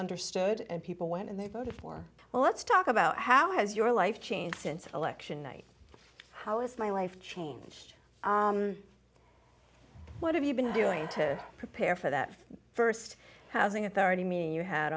understood and people went and they voted for well let's talk about how has your life changed since election night how is my life changed what have you been doing to prepare for that st housing authority mean you had